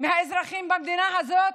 מהאזרחים במדינה הזאת?